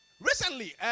Recently